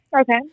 Okay